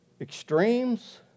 extremes